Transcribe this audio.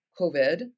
COVID